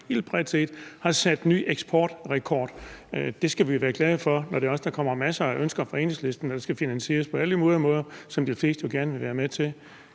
helt bredt set har sat ny eksportrekord, og det skal vi være glade for, når der også kommer masser af ønsker fra Enhedslisten til, hvad der skal finansieres på alle mulige måder, hvilket de fleste jo gerne vil være med til.